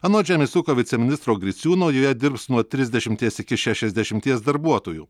anot žemės ūkio viceministro griciūno joje dirbs nuo trisdešimties iki šešiasdešimties darbuotojų